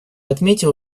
отметил